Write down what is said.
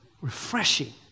refreshing